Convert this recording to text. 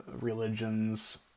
religions